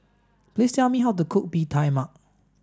please tell me how to cook Bee Tai Mak